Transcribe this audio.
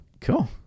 Cool